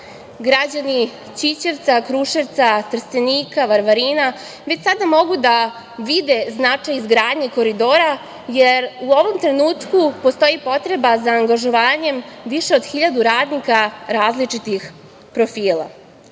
Građani Ćićevca, Kruševca, Trstenika, Varvarina, već sada mogu da vide značaj izgradnje koridora, jer u ovom trenutku postoji potreba za angažovanjem više od 1000 radnika različitih profila.